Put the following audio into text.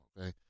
okay